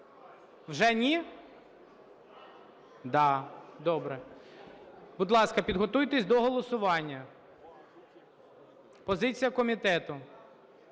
Вже ні? Да. Добре. Будь ласка, підготуйтесь до голосування. Позиція комітету.